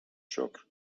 شکر